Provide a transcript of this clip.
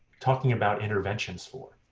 talking about interventions for.